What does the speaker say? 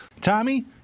Tommy